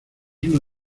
una